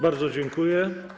Bardzo dziękuję.